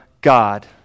God